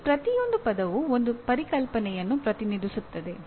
ಆ ಪ್ರತಿಯೊಂದು ಪದವೂ ಒಂದು ಪರಿಕಲ್ಪನೆಯನ್ನು ಪ್ರತಿನಿಧಿಸುತ್ತದೆ